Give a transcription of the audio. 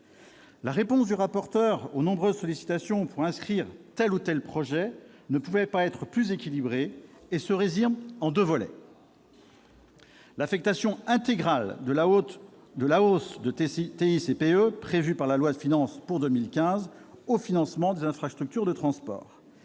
La réponse du rapporteur aux nombreuses sollicitations visant à inscrire tel ou tel projet ne pouvait pas être plus équilibrée. Elle comporte deux volets : affectation intégrale de la hausse de TICPE prévue par la loi de finances pour 2015 au financement des infrastructures de transport